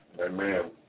Amen